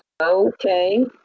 okay